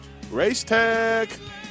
Racetech